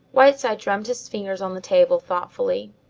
whiteside drummed his fingers on the table, thoughtfully.